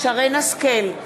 שרן השכל,